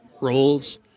roles